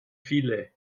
viele